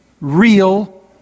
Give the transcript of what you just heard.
real